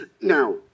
Now